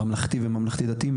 בממלכתי וממלכתי דתי,